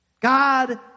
God